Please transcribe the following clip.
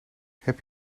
heb